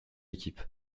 équipe